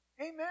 Amen